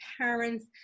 parents